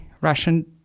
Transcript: Russian